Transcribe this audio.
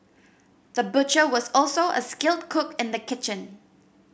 the butcher was also a skilled cook in the kitchen